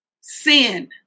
sin